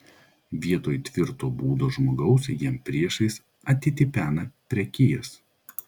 vietoj tvirto būdo žmogaus jam priešais atitipena prekijas